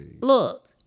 Look